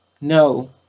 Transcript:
No